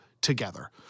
together